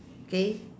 okay